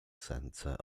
center